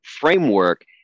framework